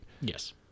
yes